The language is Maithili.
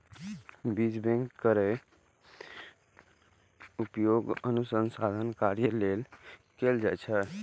बीज बैंक केर उपयोग अनुसंधान कार्य लेल कैल जाइ छै